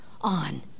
on